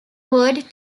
word